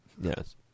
Yes